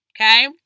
Okay